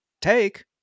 take